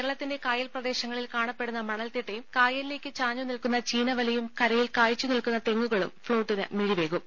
കേരളത്തിന്റെ കായൽപ്രദേശങ്ങളിൽ കാണപ്പെടുന്ന മണൽത്തിട്ടയും കായലിലേയ്ക്ക് ചാഞ്ഞുനിൽക്കുന്ന ചീനവലയും കരയിൽ കായ്ച്ചു നിൽക്കുന്ന തെങ്ങുകളും ഫ്ളോട്ടിന് മിഴിവേകും